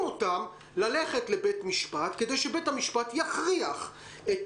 אותם ללכת לבית המשפט כדי שבית המשפט יכריח את